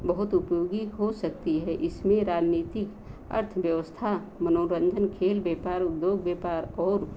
बहुत उपयोगी हो सकती है इसमें राजनीतिक अर्थव्यवस्था मनोरंजन खेल व्यापर उद्योग व्यापर और